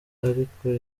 ariko